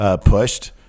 pushed